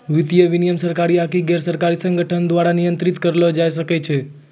वित्तीय विनियमन सरकारी आकि गैरसरकारी संगठनो के द्वारा नियंत्रित करलो जाय सकै छै